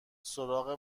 سراغ